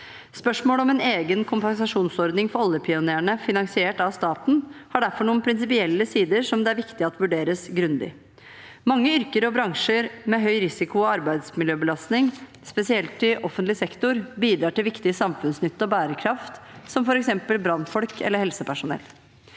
Spørsmålet om en egen kompensasjonsordning for oljepionerene finansiert av staten har derfor noen prinsipielle sider som det er viktig at vurderes grundig. Mange yrker og bransjer med høy risiko og arbeidsmiljøbelastning, spesielt i offentlig sektor, bidrar til viktig samfunnsnytte og bærekraft, f.eks. brannfolk og helsepersonell.